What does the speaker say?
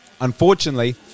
Unfortunately